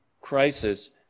crisis